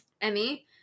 Emmy